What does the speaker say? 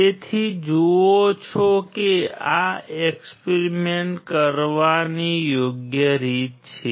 તેથી તમે જુઓ છો કે આ એક્સપેરિમેન્ટ કરવાની યોગ્ય રીત છે